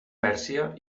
pèrsia